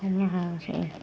हमनो हायासै